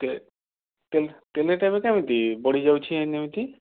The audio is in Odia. ତେ ତେଲ୍ ତେଲ ରେଟ୍ କେମିତି ବଢ଼ିଯାଉଛି ଏଇନେ କେମିତି